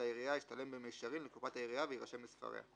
לעיריה ישתלם במישרין לקופת העיריה ויירשם בספריה.